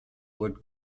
would